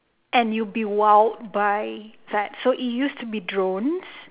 and you'd be wowed by that so it used to be drones